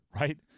Right